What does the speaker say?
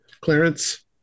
Clarence